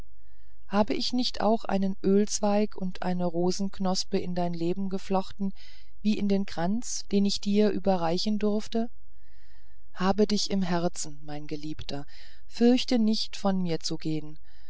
hab ich nicht auch einen ölzweig und eine rosenknospe in dein leben geflochten wie in den kranz den ich dir überreichen durfte habe dich im herzen mein geliebter fürchte nicht von mir zu gehen